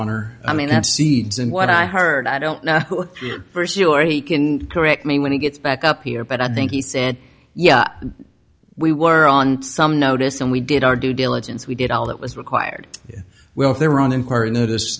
honor i mean that cedes and what i heard i don't know for sure he can correct me when he gets back up here but i think he said yeah we were on some notice and we did our due diligence we did all that was required well there on